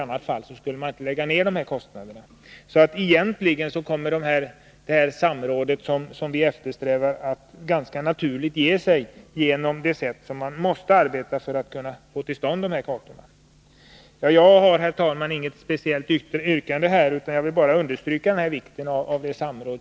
Det samråd som vi eftersträvar kommer därför ganska naturligt till stånd. Jag har, herr talman, inget yrkande utan har bara velat understryka vikten av samråd.